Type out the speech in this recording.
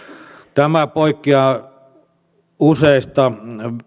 tämä poikkeaa useista